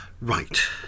Right